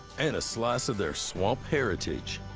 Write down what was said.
and a slice of their swamp heritage.